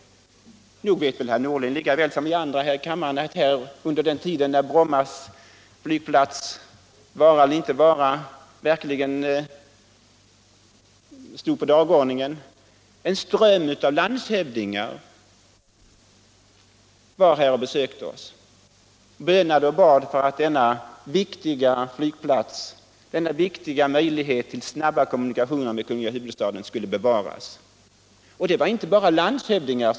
Nog vet herr Norling lika väl som vi andra här i kammaren att vi på den tiden då Brommas vara eller inte vara stod på dagordningen fick besök av en ström av landshövdingar, vilka såsom talesmän för sina resp. län bönade och bad att denna viktiga möjlighet till snabba kommunikationer med kungliga huvudstaden skulle bevaras. Och det var inte bara landshövdningar.